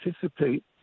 participate